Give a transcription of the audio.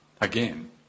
again